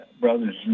brothers